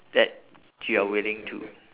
that you're willing to